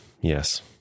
Yes